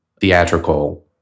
theatrical